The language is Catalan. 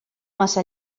massa